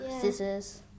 scissors